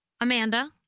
Amanda